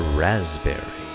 raspberry